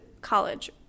college